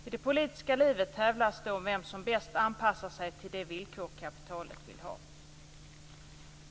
I det politiska livet tävlas det om vem som bäst anpassar sig till de villkor kapitalet vill ha.